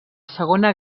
segona